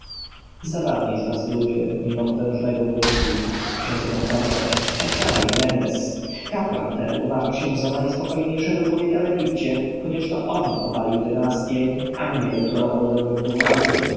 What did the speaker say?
zabawni z was ludzie mimo potężnego umysłu ciągnął herhor tak samo i menes kapłan ten uważa się za najspokojniejszego człowieka w egipcie chociaż on to obalił dynastję a mnie utorował drogę do władzy